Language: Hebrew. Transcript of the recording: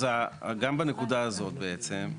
אז גם בנקודה הזאת בעצם,